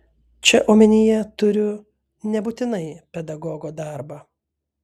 čia omenyje turiu nebūtinai pedagogo darbą